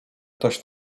ktoś